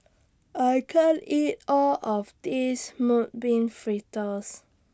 I can't eat All of This Mung Bean Fritters